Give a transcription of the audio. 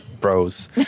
bros